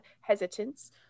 hesitance